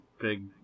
big